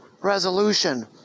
resolution